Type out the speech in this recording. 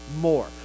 more